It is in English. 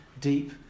deep